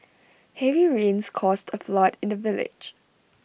heavy rains caused A flood in the village